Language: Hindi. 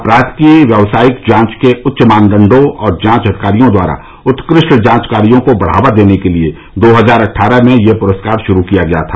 अपराध की व्यवसायिक जांच के उच्च मानकों और जांच अधिकारियों द्वारा उत्कृष्ट जांच कार्यो को बढावा देने के लिए दो हजार अट्ठारह में यह पुरस्कार शुरू किया गया था